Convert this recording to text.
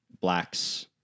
blacks